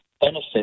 benefit